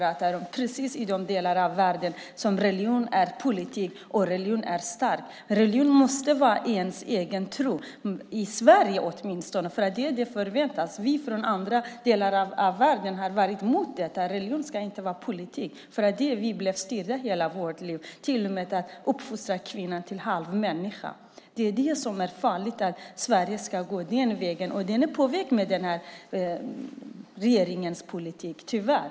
Det är precis som i de delar av världen där religion är politik och religionen har en stark ställning. Religion måste vara ens egen tro, åtminstone i Sverige. Det är vad som förväntas. Vi från andra delar av världen har varit emot att religion är politik. Vi blev styrda hela våra liv, till och med så att kvinnor uppfostrades till att bli halva människor. Det är farligt om Sverige ska gå den vägen. Det är på väg med den här regeringens politik - tyvärr.